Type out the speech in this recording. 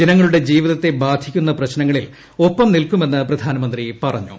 ജനങ്ങളുടെ ജീവിതത്തെ ബാധിക്കുന്ന പ്രശ്നങ്ങളിൽ ഒപ്പം നിൽക്കുമെന്ന് പ്രധാനമന്ത്രി പറഞ്ഞു